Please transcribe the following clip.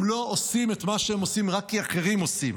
הם לא עושים את מה שהם עושים רק כי אחרים עושים.